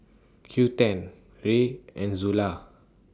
Quinten Rae and Zula